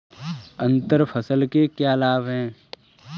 अंतर फसल के क्या लाभ हैं?